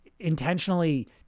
Intentionally